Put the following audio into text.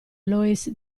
loïs